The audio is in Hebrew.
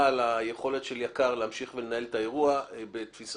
על היכולת של יק"ר להמשיך ולנהל את האירוע בתפיסתו,